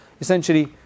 Essentially